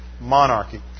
monarchy